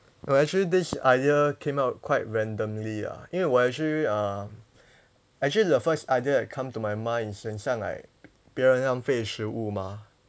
oh actually this idea came out quite randomly ah 因为我 actually uh actually the first idea that come to my mind is 很像 like 不要浪费食物嘛